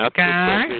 Okay